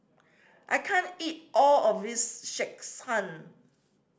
I can't eat all of this